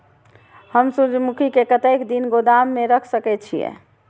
हम सूर्यमुखी के कतेक दिन गोदाम में रख सके छिए?